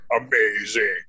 amazing